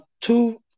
two